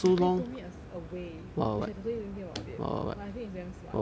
my friend told me a s~ a way which I totally didn't think about it but I think it's damn smart